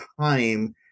time